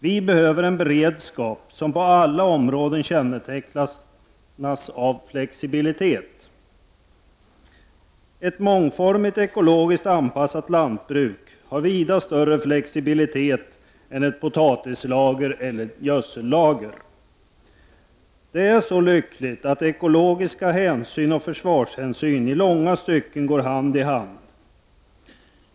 Vi behöver en beredskap som på alla områden kännetecknas av flexibilitet. Ett mångformigt, ekologiskt anpassat lantbruk har vida större flexibilitet än ett potatislager eller gödsellager. Det är så lyckligt att ekologiska hänsyn och försvarshänsyn i långa stycken går hand i hand.